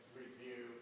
review